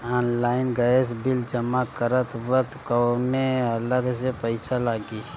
Online gas bill जमा करत वक्त कौने अलग से पईसा लागी?